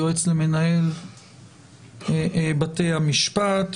יועץ למנהל בתי המשפט,